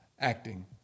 acting